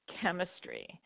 chemistry